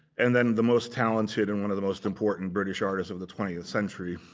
and then the most talented and one of the most important british artists of the twentieth century